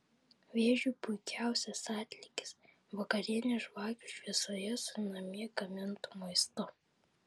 vėžiui puikiausias atlygis vakarienė žvakių šviesoje su namie gamintu maistu